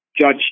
Judge